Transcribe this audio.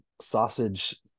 sausage